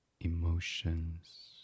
Emotions